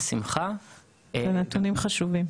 אלה נתונים חשובים.